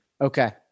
Okay